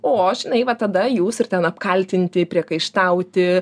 o žinai va tada jūs ir ten apkaltinti priekaištauti